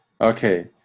okay